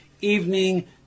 Evening